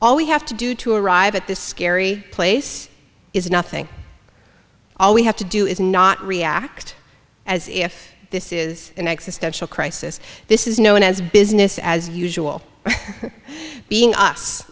all we have to do to arrive at this scary place is nothing all we have to do is not react as if this is an existential crisis this is known as business as usual being us